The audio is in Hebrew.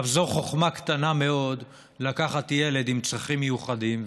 זו חוכמה קטנה מאוד לקחת ילד עם צרכים מיוחדים,